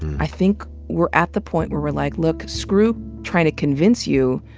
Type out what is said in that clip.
i think we're at the point where we're like, look, screw trying to convince you.